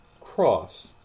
cross